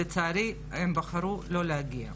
לצערי הם בחרו לא להגיע.